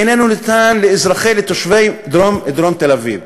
איננו ניתן לתושבי דרום תל-אביב.